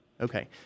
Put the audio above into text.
Okay